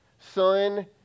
son